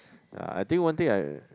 ya I think one thing I